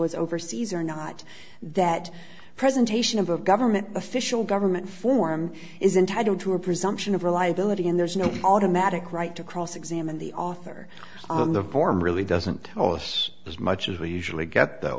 is overseas or not that presentation of a government official government form is entitled to a presumption of reliability and there's no automatic right to cross examine the author on the form really doesn't tell us as much as we usually get though